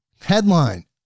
Headline